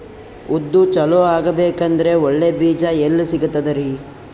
ಉದ್ದು ಚಲೋ ಆಗಬೇಕಂದ್ರೆ ಒಳ್ಳೆ ಬೀಜ ಎಲ್ ಸಿಗತದರೀ?